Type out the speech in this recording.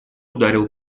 ударил